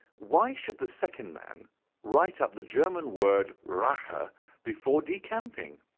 why should the second man write up the german word rache before decamping?